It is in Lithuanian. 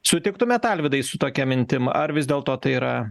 sutiktumėt alvydai su tokia mintim ar vis dėlto tai yra